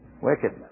wickedness